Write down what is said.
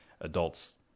adults